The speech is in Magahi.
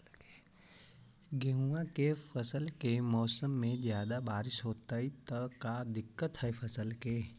गेहुआ के फसल के मौसम में ज्यादा बारिश होतई त का दिक्कत हैं फसल के?